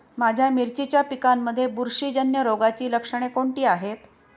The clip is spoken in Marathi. माझ्या मिरचीच्या पिकांमध्ये बुरशीजन्य रोगाची लक्षणे कोणती आहेत?